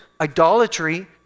idolatry